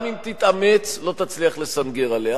גם אם תתאמץ לא תצליח לסנגר עליה.